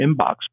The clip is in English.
inbox